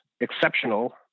exceptional